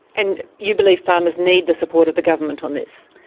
and you believe farmers need the support of the government on this.